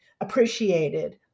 appreciated